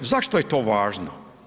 Zašto je to važno